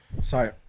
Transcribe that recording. Sorry